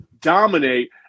dominate